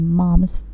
mom's